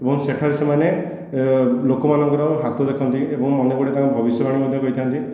ଏବଂ ସେଠାରେ ସେମାନେ ଲୋକମାନଙ୍କର ହାତ ଦେଖନ୍ତି ଏବଂ ଅନେକ ଗୁଡ଼ିଏ ତାଙ୍କ ଭବିଷ୍ୟବାଣୀ ମଧ୍ୟ କହିଥାନ୍ତି